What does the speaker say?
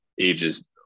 ages